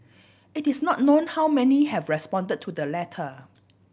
it is not known how many have responded to the letter